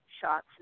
shots